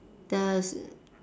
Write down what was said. does